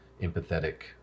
empathetic